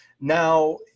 Now